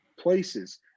places